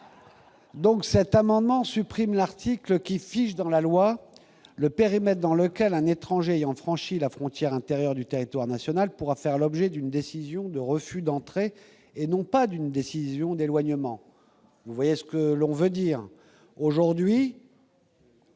vise à supprimer le présent article, qui fige dans la loi le périmètre dans lequel un étranger ayant franchi la frontière intérieure du territoire national pourra faire l'objet d'une décision de refus d'entrée et non pas d'une décision d'éloignement. Aujourd'hui, si un étranger